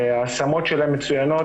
ההשמות שלהן מצוינות,